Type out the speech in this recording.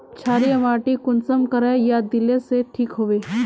क्षारीय माटी कुंसम करे या दिले से ठीक हैबे?